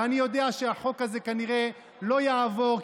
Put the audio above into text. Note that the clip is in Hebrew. ואני יודע שהחוק הזה כנראה לא יעבור,